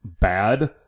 bad